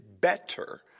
better